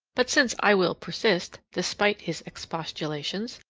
but since i will persist, despite his expostulations,